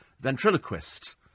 ventriloquist